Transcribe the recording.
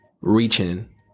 reaching